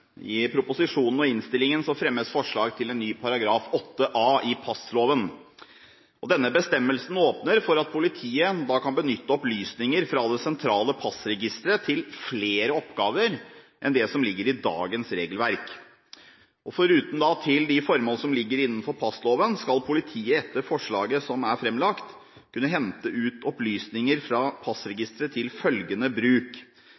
I proposisjonen og innstillingen fremmes forslag til en ny § 8 a i passloven. Denne bestemmelsen åpner for at politiet kan benytte opplysninger fra det sentrale passregisteret til flere oppgaver enn det som ligger i dagens regelverk. Foruten til de formål som ligger innenfor passloven, skal politiet etter forslaget som er framlagt, kunne hente ut opplysninger fra passregisteret til følgende bruk: